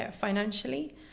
financially